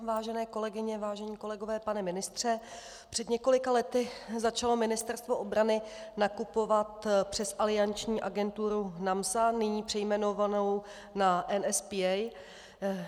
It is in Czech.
Vážené kolegyně, vážení kolegové, pane ministře, před několika lety začalo Ministerstvo obrany nakupovat přes alianční agenturu NAMSA, nyní přejmenovanou na NSPA.